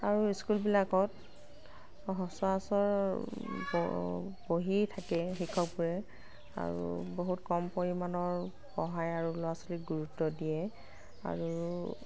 আৰু স্কুলবিলাকত সচৰাচৰ ব বহি থাকে শিক্ষকবোৰে আৰু বহুত কম পৰিমাণৰ পঢ়াই আৰু ল'ৰা ছোৱালীক গুৰুত্ব দিয়ে আৰু